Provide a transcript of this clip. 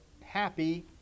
happy